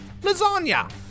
Lasagna